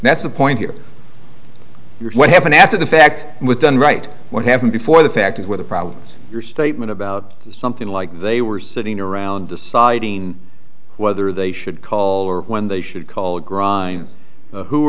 that's the point here you're what happened after the fact was done right what happened before the fact is where the problems your statement about something like they were sitting around deciding whether they should call or when they should call gri